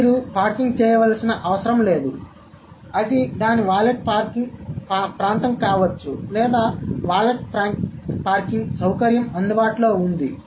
కాబట్టి మీరు పార్క్ చేయవలసిన అవసరం లేదు అది దాని వాలెట్ పార్కింగ్ ప్రాంతం కావచ్చు లేదా వాలెట్ పార్కింగ్ సౌకర్యం అందుబాటులో ఉంది